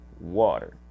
water